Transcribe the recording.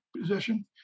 position